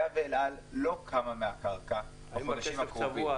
היה שאל על לא קמה מהקרקע בחודשים הקרובים -- האם הכסף צבוע?